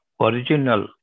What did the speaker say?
original